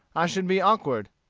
i should be awkward,